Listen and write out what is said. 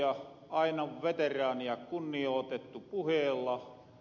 aina on veteraania kunniootettu puheella